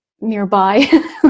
nearby